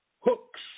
hooks